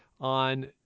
on